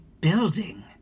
building